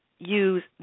use